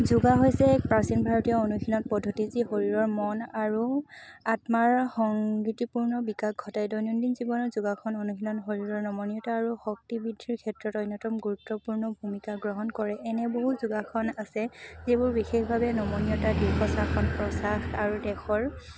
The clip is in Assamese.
যোগা হৈছে প্ৰাচীন ভাৰতীয় অনুশীলনত পদ্ধতি যি শৰীৰৰ মন আৰু আত্মাৰ সংগতিপূৰ্ণ বিকাশ ঘটায় দৈনন্দিন জীৱনৰ যোগাসন অনুশীন শৰীৰৰ নমনীয়তা আৰু শক্তি বৃদ্ধিৰ ক্ষেত্ৰত অন্যতম গুৰুত্বপূৰ্ণ ভূমিকা গ্ৰহণ কৰে এনে বহু যোগাসন আছে যিবোৰ বিশেষভাৱে নমনীয়তা প্ৰশ্বাস আৰু দেহৰ